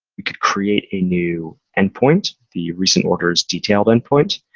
you could create a new endpoint, the recent orders detailed endpoint.